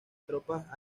tropas